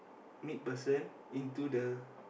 mid person into the